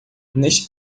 neste